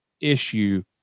issue